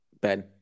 Ben